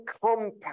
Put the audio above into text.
compact